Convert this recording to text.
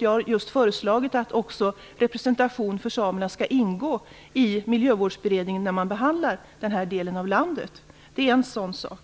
Jag har just föreslagit att också representation för samerna skall ingå i Miljövårdsberedningen när denna del av landet behandlas.